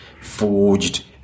forged